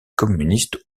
communiste